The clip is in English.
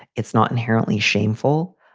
it's not inherently shameful.